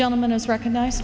gentleman is recognize